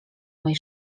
mej